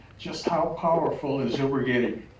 just how powerful is uber getting.